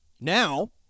now